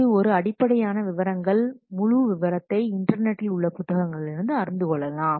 இது ஒரு அடிப்படையான விவரங்கள் முழு விவரத்தை இன்டர்நெட்டில் உள்ள புத்தகங்களிலிருந்து அறிந்து கொள்ளலாம்